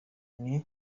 rwa